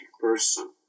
person